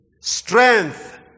strength